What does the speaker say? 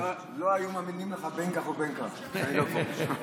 לא היו מאמינים לך בין כך ובין כך שאני לא פה.